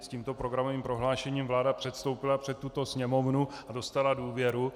S tímto programovým prohlášením vláda předstoupila před tuto Sněmovnu a dostala důvěru.